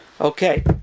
Okay